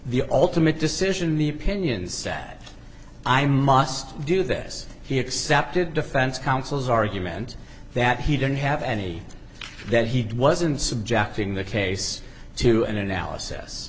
the ultimate decision the opinions set i must do this he accepted defense counsel's argument that he didn't have any that he wasn't subjecting the case to an